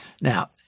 now